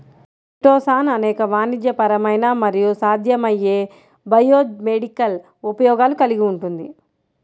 chitosan అనేక వాణిజ్యపరమైన మరియు సాధ్యమయ్యే బయోమెడికల్ ఉపయోగాలు కలిగి ఉంటుంది